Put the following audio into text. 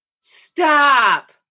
Stop